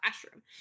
classroom